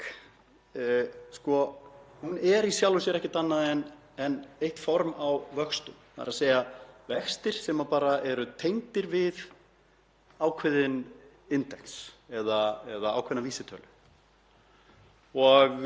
ákveðin index eða ákveðna vísitölu. Vextir á Íslandi eru háir vegna þess að við búum við gjaldmiðil sem hefur í 100 ár